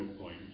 point